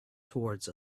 towards